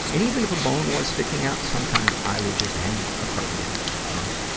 and even if a bone was sticking out, sometimes i would just hang a cardigan on it,